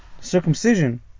circumcision